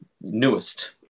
newest